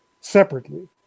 separately